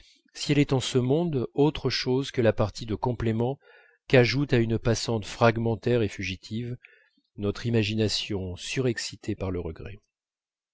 si elle est en ce monde autre chose que la partie de complément qu'ajoute à une passante fragmentaire et fugitive notre imagination surexcitée par le regret